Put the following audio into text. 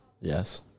Yes